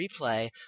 replay